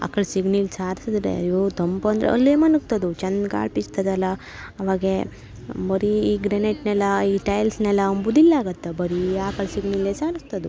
ಆಕ್ಳ ಸೆಗಣಿಲಿ ಸಾರ್ಸಿದ್ರೆ ಅಯ್ಯೋ ತಂಪು ಅಂದ್ರೆ ಅಲ್ಲಿ ಮನಗ್ತದವು ಚಂದ ಗಾಳಿ ಬೀಸ್ತದಲ್ಲ ಅವಾಗ ಬರೀ ಗ್ರಿನೆಟ್ ನೆಲ ಈ ಟೈಲ್ಸ್ ನೆಲ ಅಂಬುದು ಇಲ್ಲಾಗಿತ್ ಬರೀ ಆಕಳ ಸೆಗಣಿಲೇ ಸಾರ್ಸ್ತದು